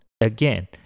again